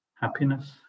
Happiness